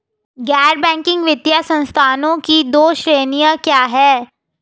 गैर बैंकिंग वित्तीय संस्थानों की दो श्रेणियाँ क्या हैं?